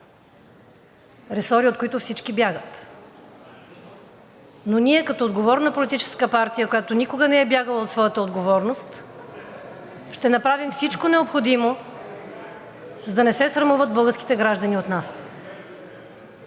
ресори, от които всички бягат. Но ние като отговорна политическа партия, която никога не е бягала от своята отговорност, ще направим всичко необходимо, за да не се срамуват българските граждани от нас.